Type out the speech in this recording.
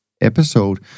episode